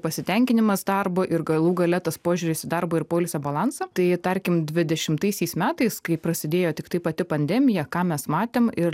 pasitenkinimas darbu ir galų gale tas požiūris į darbo ir poilsio balansą tai tarkim dvidešimtaisiais metais kai prasidėjo tiktai pati pandemija ką mes matėm ir